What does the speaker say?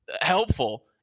helpful